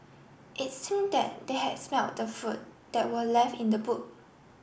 it seemed that they had smelt the food that were left in the boot